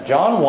John